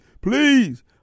please